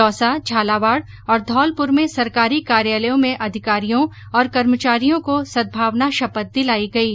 दौसा झालावाड और घौलपुर में सरकारी कार्यालयों में अधिकारियों और कर्मचारियों को सदभावना शपथ दिलायी गयी